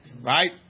right